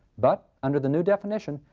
but under the new definition,